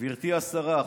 גברתי השרה,